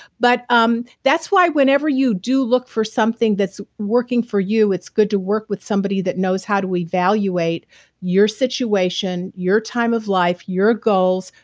but um that's why whenever you do look for something that's working for you, it's good to work with somebody that knows how do evaluate your situation, your time of life, your goals,